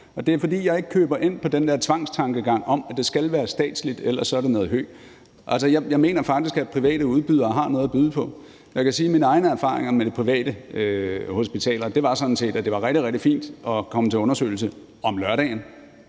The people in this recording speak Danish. og det er, fordi jeg ikke køber ind på den der tvangstankegang om, at det skal være statsligt, ellers er det noget hø. Jeg mener faktisk, at private udbydere har noget at byde på. Jeg kan sige, at mine egne erfaringer med de private hospitaler sådan set er, at det var rigtig, rigtig fint at komme til undersøgelse om lørdagen